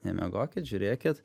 nemiegokit žiūrėkit